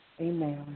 Amen